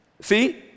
See